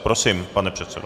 Prosím, pane předsedo.